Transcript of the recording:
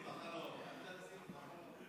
אל תהרסי לו את החלום.